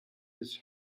his